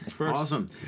awesome